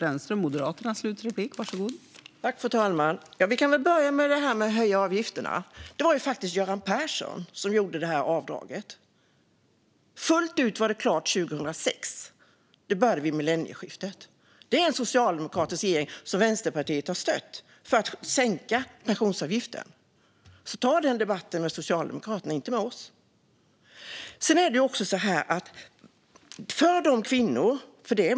Fru talman! Låt mig börja med frågan om att höja avgifterna. Det var faktiskt Göran Persson som gjorde avdraget. Det påbörjades vid millennieskiftet och var fullt ut klart 2006. Vänsterpartiet stödde en socialdemokratisk regering som sänkte pensionsavgiften, så den debatten får ni ta med Socialdemokraterna, inte med oss.